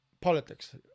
politics